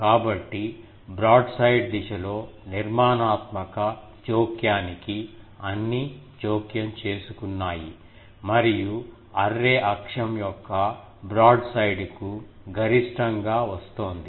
కాబట్టి బ్రాడ్సైడ్ దిశలో నిర్మాణాత్మక జోక్యానికి అన్ని జోక్యం చేసుకున్నాయి మరియు అర్రే అక్షం యొక్క బ్రాడ్సైడ్కు గరిష్టంగా వస్తోంది